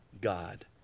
God